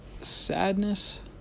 sadness